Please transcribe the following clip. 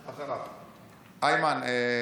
איימן,